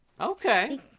Okay